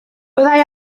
byddai